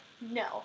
no